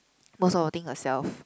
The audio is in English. most of the thing herself